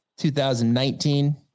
2019